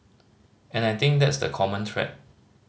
and I think that's the common thread